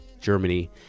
Germany